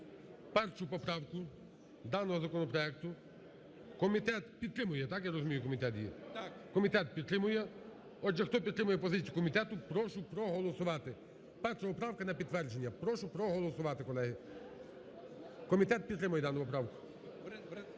П.П. Так. ГОЛОВУЮЧИЙ. Комітет підтримує. Отже, хто підтримує позицію комітету, прошу проголосувати. Перша поправка на підтвердження. Прошу проголосувати, колеги. Комітет підтримує дану поправку.